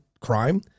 crime